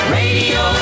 radio